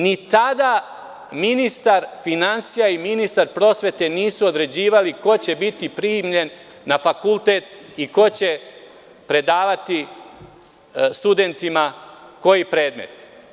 Ni tada ministar finansija i ministar prosvete nisu određivali ko će biti primljen na fakultet i ko će predavati studentima koji predmet.